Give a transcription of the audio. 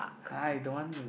[huh] I don't want